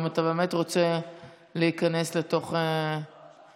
אם אתה באמת רוצה להיכנס לתוך נבכי,